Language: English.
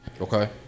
Okay